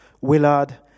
Willard